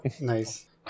nice